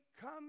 come